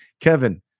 Kevin